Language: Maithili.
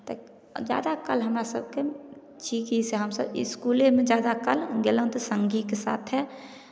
तऽ जादा काल हमरा सभके छी कि से हमसभ इसकुलेमे जादा काल गेलहुँ तऽ सङ्गीके साथे